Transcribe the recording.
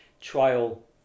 trial